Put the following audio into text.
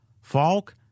Falk